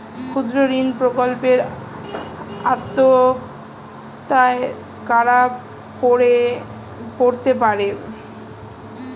ক্ষুদ্রঋণ প্রকল্পের আওতায় কারা পড়তে পারে?